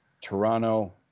Toronto